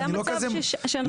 זה המצב שאנחנו עוסקים בו היום.